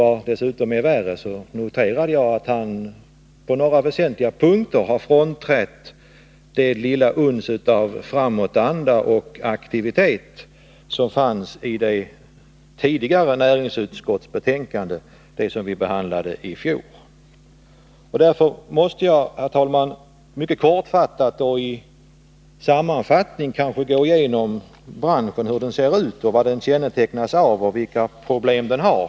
Vad värre är noterade jag dessutom att han på några väsentliga punkter har frånträtt det lilla uns av framåtanda och aktivitet som fannsi det näringsutskottsbetänkande som vi behandlade i fjol. Därför måste jag mycket kortfattat och i form av en sammanfattning få gå igenom hur branschen ser ut, vad den kännetecknas av och vilka problem den har.